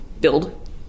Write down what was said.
build